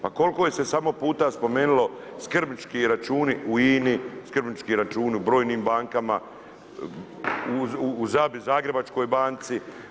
Ma koliko se samo puta spomenuli skrbnički računi u INA-i, skrbnički računi u brojnim bankama, u Zagrebačkoj banci.